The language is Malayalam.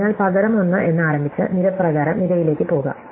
അതിനാൽ പകരം 1 എന്ന് ആരംഭിച്ച് നിര പ്രകാരം നിരയിലേക്ക് പോകാം